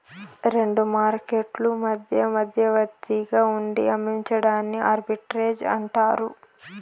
రెండు మార్కెట్లు మధ్య మధ్యవర్తిగా ఉండి అమ్మించడాన్ని ఆర్బిట్రేజ్ అంటారు